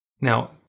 Now